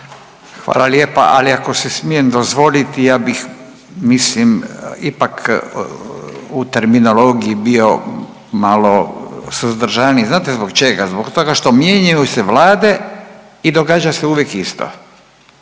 Hvala lijepa, ali ako si smijem dozvoliti ja bih mislim ipak u terminologiji bio malo suzdržaniji. Znate zbog čega? Zbog toga što mijenjaju se vlade i događa se uvijek isto.